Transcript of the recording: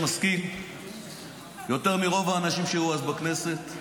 הוא היה איש משכיל יותר מרוב האנשים שהיו אז בכנסת,